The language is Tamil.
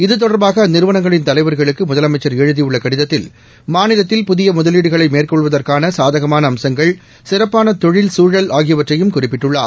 இது தொடர்பாக அந்நிறுவனங்களின் தலைவர்களுக்கு முதலமைச்சள் எழுதியுள்ள கடிதத்தில் மாநிலத்தில் புதிய முதலீடுகளை மேற்கொள்வதற்கான சாதகமான அம்சங்கள் சிறப்பான தொழில் சூழல் ஆகியவற்றையும் குறிப்பிட்டுள்ளார்